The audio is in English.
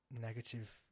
negative